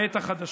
בעת החדשה.